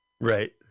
Right